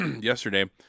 yesterday